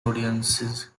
audiences